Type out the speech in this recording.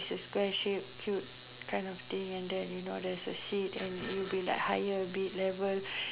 is a square shape so kind of thing and then you know there's a seat then it will be higher a bit level